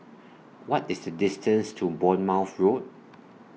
What IS The distance to Bournemouth Road